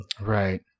Right